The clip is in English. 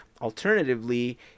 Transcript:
Alternatively